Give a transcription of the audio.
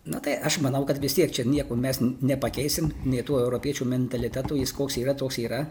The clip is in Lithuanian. nu tai aš manau kad vis tiek čia nieko mes nepakeisim nei tų europiečių mentalitetų jis koks yra toks yra